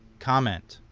comment.